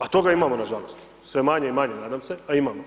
A toga imamo nažalost, sve manje i manje, nadam se, a imamo.